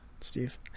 Steve